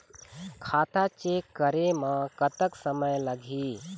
खाता चेक करे म कतक समय लगही?